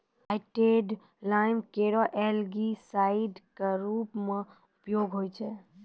hydrated lime केरो algicide क रूप म उपयोग होय छै